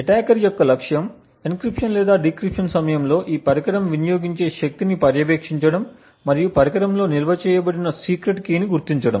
attacker యొక్క లక్ష్యం encryption లేదా డిక్రిప్షన్ ప్రక్రియలో ఈ పరికరం వినియోగించే శక్తిని పర్యవేక్షించడం మరియు పరికరంలో నిల్వ చేయబడిన సీక్రెట్ కీని గుర్తించడం